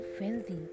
wealthy